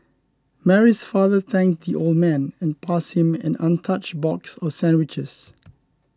Mary's father thanked the old man and passed him an untouched box of sandwiches